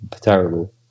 terrible